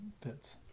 fits